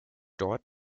dort